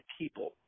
people